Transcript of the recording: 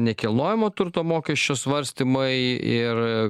nekilnojamo turto mokesčio svarstymai ir